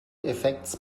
effekts